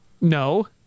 No